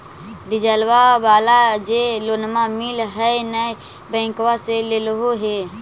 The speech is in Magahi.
डिजलवा वाला जे लोनवा मिल है नै बैंकवा से लेलहो हे?